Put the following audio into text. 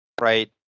right